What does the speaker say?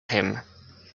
him